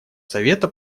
совета